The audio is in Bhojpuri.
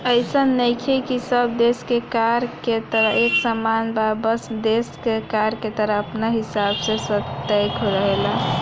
अइसन नइखे की सब देश के कर के दर एक समान बा सब देश के कर के दर अपना हिसाब से तय रहेला